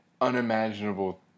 unimaginable